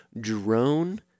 drone